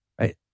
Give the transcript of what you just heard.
right